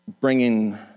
bringing